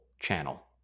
channel